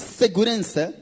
segurança